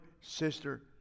sister